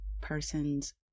person's